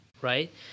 right